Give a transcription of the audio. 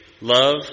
love